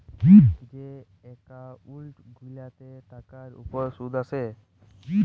যে এক্কাউল্ট গিলাতে টাকার উপর সুদ আসে